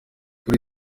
kuri